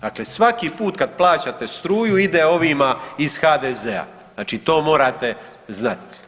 Dakle, svaki put kad plaćate struju, ide ovima iz HDZ-a, znači to morate znat.